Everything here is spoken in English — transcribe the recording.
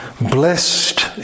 blessed